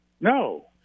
No